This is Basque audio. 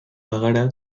bagara